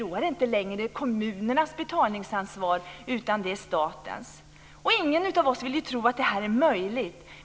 Då är det inte längre kommunens betalningsansvar, utan det är statens. Ingen av oss vill tro att det här är möjligt.